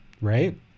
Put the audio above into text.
right